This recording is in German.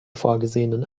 vorgesehenen